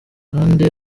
hadi